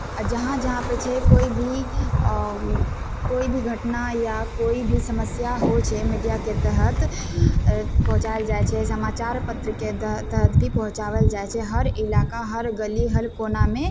आओर जहाँ जहाँ पर छै कोइ भी कोइ भी घटना या कोइ भी समस्या होइ छै मीडियाके तहत पहुँचायल जाइ छै समाचार पत्रके तहत तहत भी पहुँचावल जाइ छै हर इलाका हर गली हर कोनामे